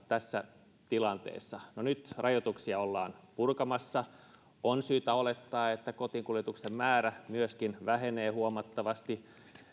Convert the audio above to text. tässä tilanteessa no nyt rajoituksia ollaan purkamassa on syytä olettaa että kotiinkuljetusten määrä myöskin vähenee huomattavasti